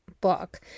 book